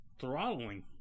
throttling